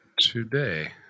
today